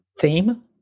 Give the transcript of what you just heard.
theme